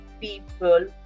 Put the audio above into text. people